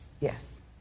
Yes